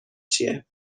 چیه